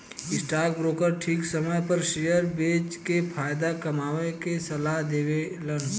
stock broker ठीक समय पर शेयर बेच के फायदा कमाये के सलाह देवेलन